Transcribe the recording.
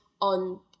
on